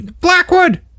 Blackwood